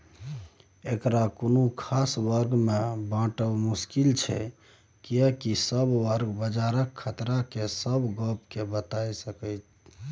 एकरा कुनु खास वर्ग में बाँटब मुश्किल छै कियेकी सब वर्ग बजारक खतरा के सब गप के बताई सकेए